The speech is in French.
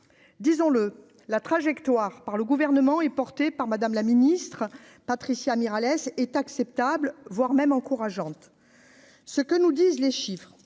disons-le, la trajectoire par le gouvernement et porté par Madame la Ministre, Patricia Mirallès est acceptable, voire même encourageante, ce que nous disent les chiffres,